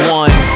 one